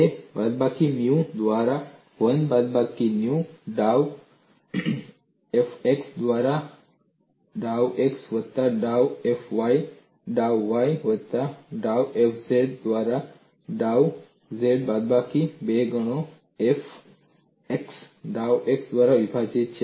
તે બાદબાકી ન્યુ દ્વારા 1 બાદબાકી ન્યુ ડાઉ F x દ્વારા ડાઉ x વત્તા ડાઉ F y ડાઉ y વત્તા ડાઉ F z દ્વારા ડાઉ z બાદબાકી 2 ગણો ડાઉ F x ડાઉ x દ્વારા વિભાજીત